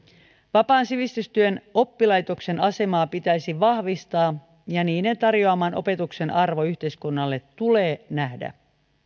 vapaan sivistystyön oppilaitosten asemaa pitäisi vahvistaa ja niiden tarjoaman opetuksen arvo yhteiskunnalle tulee nähdä